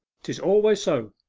tis always so.